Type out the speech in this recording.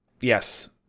Yes